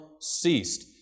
ceased